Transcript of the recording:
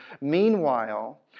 Meanwhile